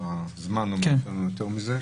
גם הזמן לא מאפשר לנו יותר מזה.